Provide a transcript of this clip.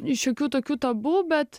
ir šiokių tokių tabu bet